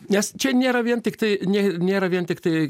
nes čia nėra vien tiktai nė nėra vien tiktai